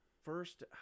first